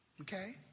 Okay